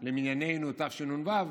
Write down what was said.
למנייננו תשנ"ו,